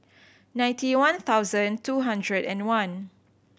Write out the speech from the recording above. ninety one thousand two hundred and one